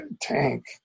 tank